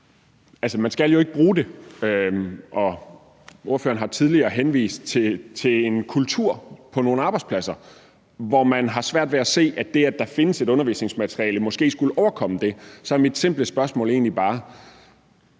må sige, skal bruge, og når ordføreren tidligere har henvist til en kultur på nogle arbejdspladser, hvor man har svært ved at se, at det, at der findes et undervisningsmateriale, skulle løse det, så er mit simple spørgsmål egentlig bare,